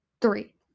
three